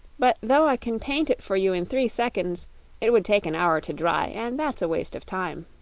but though i can paint it for you in three seconds it would take an hour to dry, and that's a waste of time.